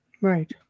Right